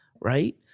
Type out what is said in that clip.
right